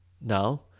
Now